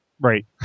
Right